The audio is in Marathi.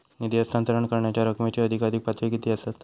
निधी हस्तांतरण करण्यांच्या रकमेची अधिकाधिक पातळी किती असात?